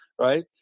right